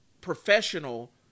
professional